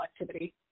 activity